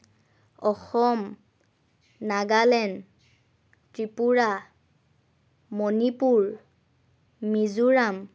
Assam Nagaland Tripura Manipur Mizoram